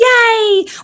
Yay